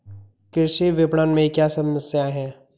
कृषि विपणन में क्या समस्याएँ हैं?